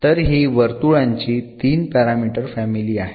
तर हि वर्तुळांची 3 पॅरामीटर फॅमिली आहे